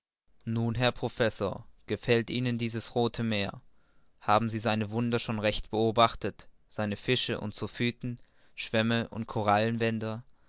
nun herr professor gefällt ihnen dieses rothe meer haben sie seine wunder schon recht beobachtet seine fische und zoophyten schwämme und